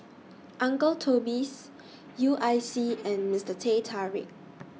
Uncle Toby's U I C and Mister Teh Tarik